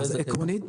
באיזה תעריף.